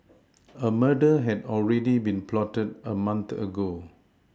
a murder had already been plotted a month ago